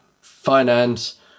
finance